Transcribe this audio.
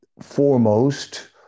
foremost